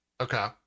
Okay